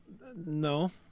No